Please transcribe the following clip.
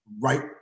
right